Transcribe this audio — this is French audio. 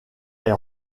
est